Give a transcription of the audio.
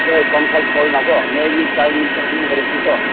ꯑꯦ conference ꯍꯣꯜꯅꯀꯣ ꯅꯣꯏ ꯃꯤ ꯆꯅꯤ ꯆꯍꯨꯝ ꯑꯣꯏꯔꯗꯤꯀꯣ